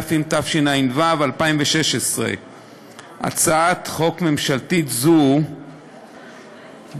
התשע"ו 2016. הצעת חוק ממשלתית זו באה